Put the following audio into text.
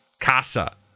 casa